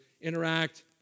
interact